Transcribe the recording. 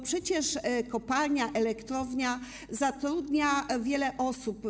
Przecież kopalnia i elektrownia zatrudniają wiele osób.